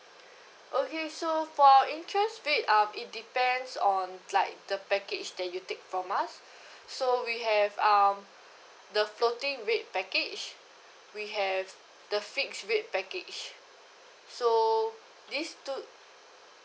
okay so for interest rate um it depends on like the package that you take from us so we have um the floating rate package we have the fix rated package so this two